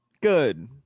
Good